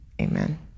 amen